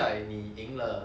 五百块